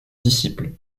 disciple